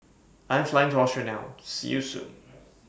I Am Flying to Austria now See YOU Soon